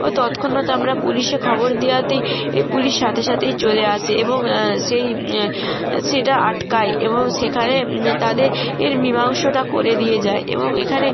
ও তৎক্ষণাৎ আমরা পুলিশে খবর দেওয়াতে এ পুলিশ সাথে সাথেই চলে আসে এবং সেই সেটা আটকায় এবং সেখানে তাদের এর মীমাংসটা করে দিয়ে যায় এবং এখানে